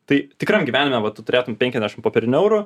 tai tikram gyvenime va tu turėtum penkiasdešim popierinių eurų